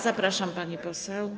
Zapraszam, pani poseł.